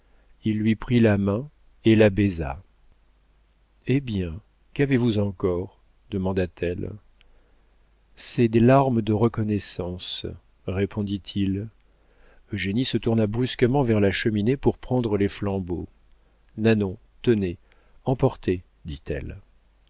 il lui prit la main et la baisa hé bien qu'avez-vous encore demanda-t-elle ce sont des larmes de reconnaissance répondit-il eugénie se tourna brusquement vers la cheminée pour prendre les flambeaux nanon tenez emportez dit-elle